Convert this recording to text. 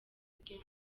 bwe